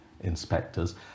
inspectors